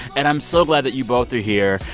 and i'm so glad that you both are here.